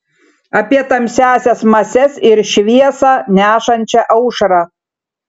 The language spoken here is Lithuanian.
apie tamsiąsias mases ir šviesą nešančią aušrą